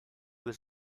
was